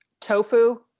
tofu